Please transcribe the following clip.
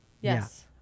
Yes